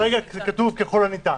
כרגע כתוב "ככל הניתן".